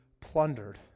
plundered